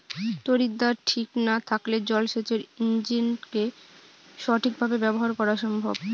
তড়িৎদ্বার ঠিক না থাকলে জল সেচের ইণ্জিনকে সঠিক ভাবে ব্যবহার করা অসম্ভব